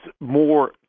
more